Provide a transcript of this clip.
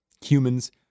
humans